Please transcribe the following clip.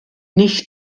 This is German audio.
nicht